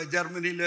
Germany